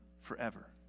forever